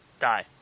die